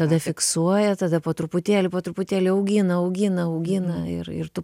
tada fiksuoja tada po truputėlį po truputėlį augina augina augina ir ir tu